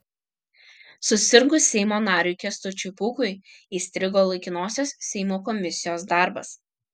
susirgus seimo nariui kęstučiui pūkui įstrigo laikinosios seimo komisijos darbas